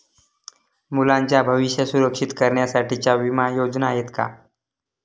मुलांचे भविष्य सुरक्षित करण्यासाठीच्या विमा योजना आहेत का?